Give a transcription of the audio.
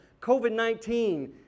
COVID-19